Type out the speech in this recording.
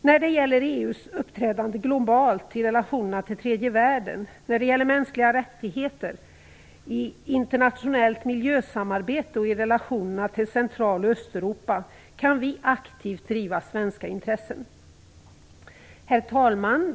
När det gäller EU:s uppträdande globalt i relationerna till tredje världen och mänskliga rättigheter i internationellt miljösamarbete och i relationerna till Central och Östeuropa kan vi aktivt driva svenska intressen. Herr talman!